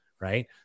Right